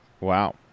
wow